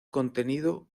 contenido